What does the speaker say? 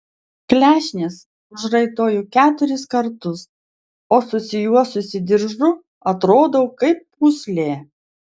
klešnes užraitoju keturis kartus o susijuosusi diržu atrodau kaip pūslė